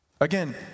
Again